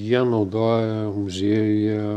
jie naudoja muziejuje